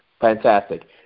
Fantastic